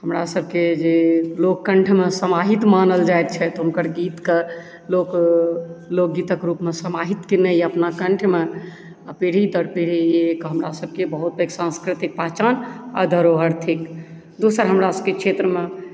हमरा सबकेँ जे लोक कंठमे समाहित मानल जाइत छथि हुनकर गीतके लोक लोकगीतक रूपमे समाहित कयने यऽ अपना कंठमे आ पीढ़ी दर पीढ़ी हमरा कंठ सांस्कृतिक पहचान आ धरोहर थिक दोसर हमरा सबके क्षेत्र मे